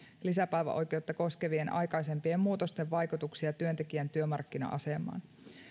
lisäpäiväoikeutta koskevien aikaisempien muutosten vaikutuksia työntekijän työmarkkina asemaan